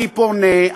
אני פונה,